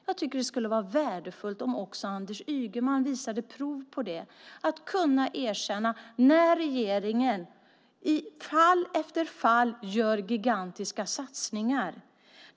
Jag tycker att det skulle vara värdefullt om också Anders Ygeman visade prov på det och kunde erkänna att regeringen i fall efter fall gör gigantiska satsningar.